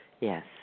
Yes